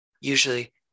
usually